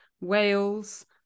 Wales